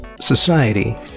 society